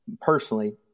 personally